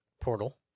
portal